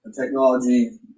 technology